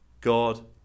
God